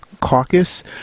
Caucus